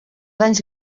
anys